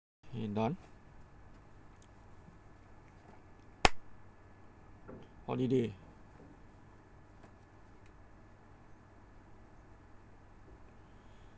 okay done holiday